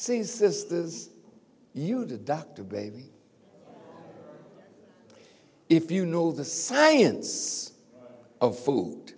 sees sisters you the doctor baby if you know the science of food